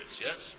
yes